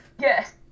Yes